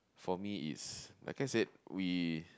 for me is like I said we